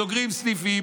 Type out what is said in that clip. סוגרים סניפים.